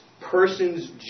persons